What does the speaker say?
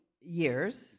years